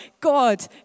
God